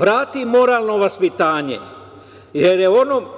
vrati moralno vaspitanje. Stranke